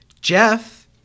Jeff